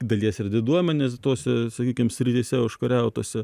dalies ir diduomenės tose sakykim srityse užkariautose